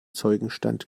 zeugenstand